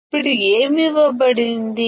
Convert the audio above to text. ఇప్పుడు ఏమి ఇవ్వబడింది